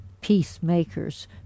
peacemakers